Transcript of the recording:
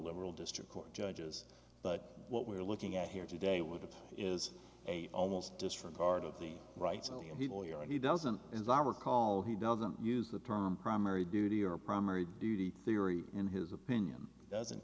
liberal district court judges but what we're looking at here today with is a almost disregard of the rights of young people you know and he doesn't is our call he doesn't use the term primary duty or primary duty theory in his opinion doesn't